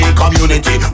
community